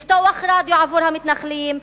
לפתוח רדיו עבור המתנחלים,